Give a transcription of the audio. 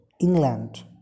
england